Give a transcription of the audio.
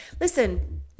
Listen